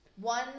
One